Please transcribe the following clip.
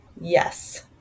Yes